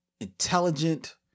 intelligent